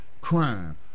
crime